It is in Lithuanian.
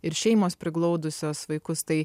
ir šeimos priglaudusios vaikus tai